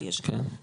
אבל יש רשימה